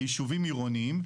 לישובים עירוניים,